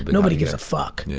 but nobody gives a fuck. yeah.